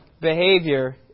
behavior